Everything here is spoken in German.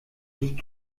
wie